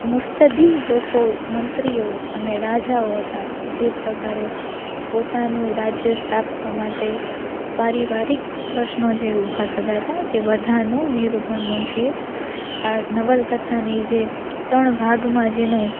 મુત્સદ્દી લોકો મંત્રીઓ અને રાજાઓ હતા જે પ્રકારે પોતાનું રાજ્ય સ્થાપવા માટે પારિવારિક પ્રશ્નો જે ઊભા થતા હતા તે બધાનું નિરૂપણ મુનશીએ આ નવલકથાની જે ત્રણ ભાગમાં જેનું